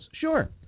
Sure